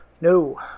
No